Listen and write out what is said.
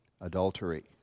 adultery